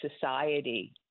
society